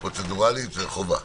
פרוצדורלית זה חובה.